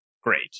great